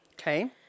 Okay